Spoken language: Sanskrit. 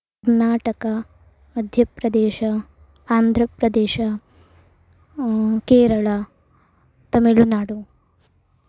कर्नाटक मध्यप्रदेश आन्ध्रप्रदेश केरळा तमिळुनाडु